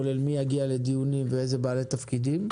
כולל על מי יגיע לדיונים ואיזה בעלי תפקידים.